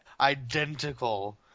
identical